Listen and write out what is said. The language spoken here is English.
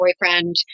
boyfriend